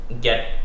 Get